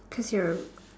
cause you are